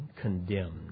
condemned